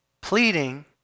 pleading